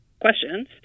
questions